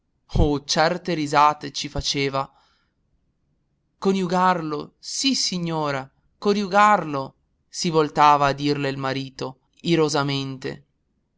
a ridere oh certe risate ci faceva coniugarlo sì signora coniugarlo si voltava a dirle il marito irosamente